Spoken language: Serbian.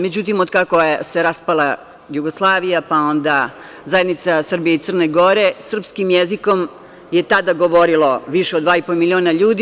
Međutim, kako se raspala Jugoslavija, pa onda Zajednica Srbije i Crne Gore, srpskim jezikom je tada govorilo više od 2,5 miliona ljudi.